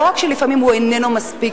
לא רק שלפעמים איננו מספיק,